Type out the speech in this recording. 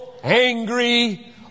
angry